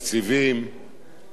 ואפילו פיקוד העורף,